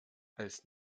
als